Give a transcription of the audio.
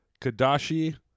Kadashi